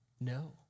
No